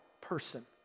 person